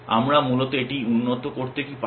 আমরা মূলত এটি উন্নত করতে কি করতে পারি